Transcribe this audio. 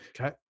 Okay